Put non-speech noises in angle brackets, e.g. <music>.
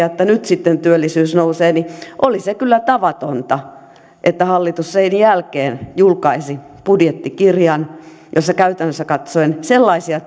<unintelligible> että nyt sitten työllisyys nousee niin oli se kyllä tavatonta että hallitus sen jälkeen julkaisi budjettikirjan jossa käytännöllisesti katsoen sellaisia <unintelligible>